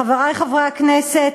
חברי חברי הכנסת,